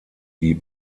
die